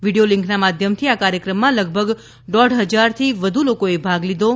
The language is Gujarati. વિડયો લીંકના માધ્યમથી આ કાર્યક્રમમાં લગભગ દોઢ ફજાર વધુ લોકોએ ભાગ લીધો છે